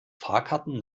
fahrkarten